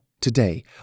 today